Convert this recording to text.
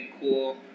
cool